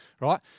right